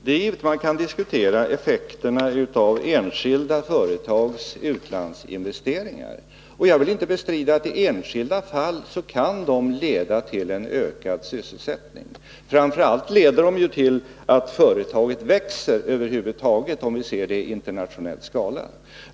Herr talman! Det är givet att man kan diskutera effekterna av enskilda företags utlandsinvesteringar. Jag vill inte bestrida att de i enskilda fall kan leda till en ökad sysselsättning. Framför allt leder de ju till att företaget växer över huvud taget, om vi ser det i internationell skala.